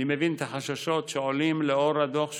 אני מבין את החששות שעולים לנוכח הדוח שהועבר,